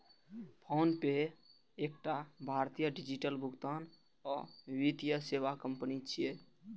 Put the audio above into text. PhonePe एकटा भारतीय digital भुगतान आ वित्तीय सेवा कंपनी छियै